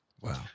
Wow